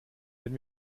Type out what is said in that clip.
wenn